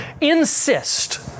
Insist